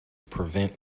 prevent